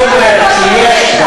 הוא לא היה בעולם הפשע.